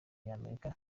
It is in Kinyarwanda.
y’amerika